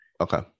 Okay